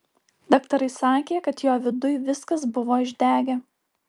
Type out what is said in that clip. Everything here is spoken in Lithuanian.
daktarai sakė kad jo viduj viskas buvo išdegę